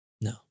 No